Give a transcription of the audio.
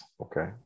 Okay